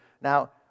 now